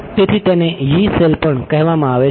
તેથી તેને Yee cell પણ કહેવામાં આવે છે